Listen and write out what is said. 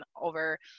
over